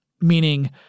meaning